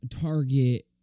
Target